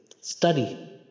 Study